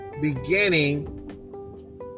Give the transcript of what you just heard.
beginning